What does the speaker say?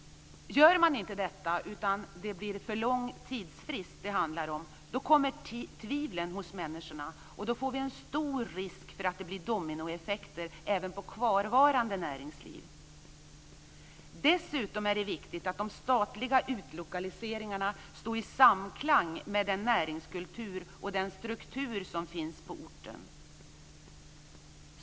Gör man inte det och om tidsfristen blir för lång, då kommer tvivlen hos människorna. Det innebär att risken är stor att det blir dominoeffekter även på kvarvarande näringsliv. Dessutom är det viktigt att de statliga utlokaliseringarna står i samklang med den näringskultur och den struktur som finns på orten.